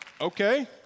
Okay